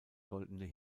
goldene